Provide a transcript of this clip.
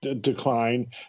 decline